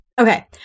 Okay